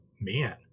man